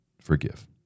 forgive